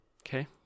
Okay